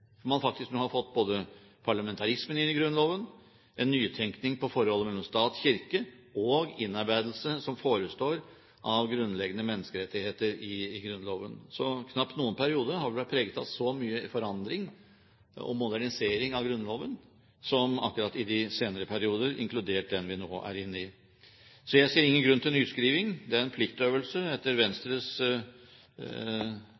Man har faktisk både fått parlamentarismen inn i Grunnloven og fått en nytenkning når det gjelder forholdet mellom stat og kirke – og en innarbeidelse av grunnleggende menneskerettigheter i Grunnloven forestår. Så knapt noen periode har vel vært preget av så mye forandring og modernisering av Grunnloven som akkurat de senere perioder, inkludert den vi nå er inne i. Så jeg ser ingen grunn til nyskriving. Det er en pliktøvelse etter